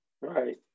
Right